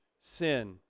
sin